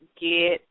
Get